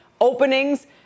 openings